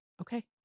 okay